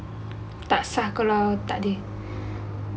tak sah kalau takde